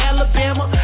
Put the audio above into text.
Alabama